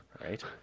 right